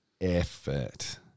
effort